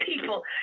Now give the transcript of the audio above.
people